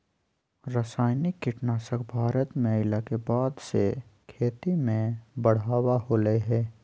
रासायनिक कीटनासक भारत में अइला के बाद से खेती में बढ़ावा होलय हें